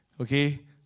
Okay